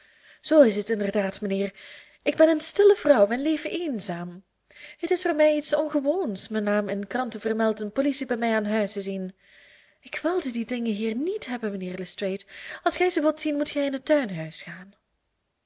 zoo is het inderdaad mijnheer ik ben een stille vrouw en leef eenzaam het is voor mij iets ongewoons mijn naam in de kranten vermeld en politie bij mij aan huis te zien ik wilde die dingen hier niet hebben mijnheer lestrade als gij ze wilt zien moet gij in het tuinhuis gaan